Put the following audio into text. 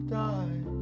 die